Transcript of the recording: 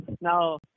Now